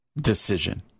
decision